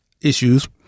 issues